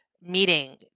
meeting